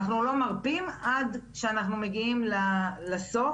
אנחנו לא מרפים עד שאנחנו מגיעים לסוף,